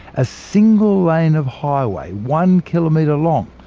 a single lane of highway, one kilometre long,